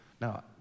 Now